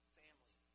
family